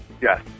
Yes